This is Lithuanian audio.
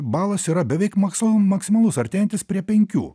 balas yra beveik makslu maksimalus artėjantis prie penkių